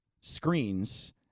screens